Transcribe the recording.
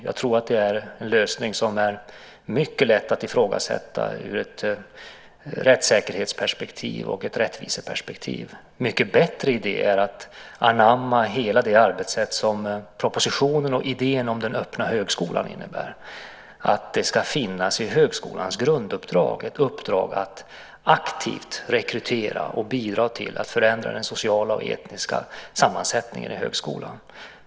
Jag tror att det är en lösning som är mycket lätt att ifrågasätta ur ett rättssäkerhetsperspektiv och ett rättviseperspektiv. En mycket bättre idé är att anamma hela det arbetssätt som propositionen och idén om den öppna högskolan innebär, att det i högskolans grunduppdrag ska finnas ett uppdrag att aktivt rekrytera och bidra till att förändra den sociala och etniska sammansättningen i högskolan.